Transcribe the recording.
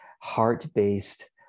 heart-based